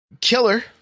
Killer